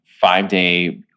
five-day